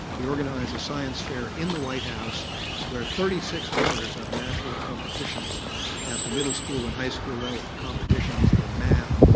we organised a science fair in the white house where thirty six winners of national competitions at the middle school and high school level, competitions in maths,